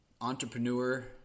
entrepreneur